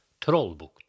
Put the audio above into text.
Trollbukt